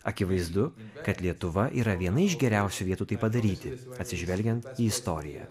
akivaizdu kad lietuva yra viena iš geriausių vietų tai padaryti atsižvelgiant į istoriją